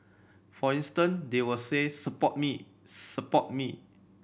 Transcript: for instance they will say support me support me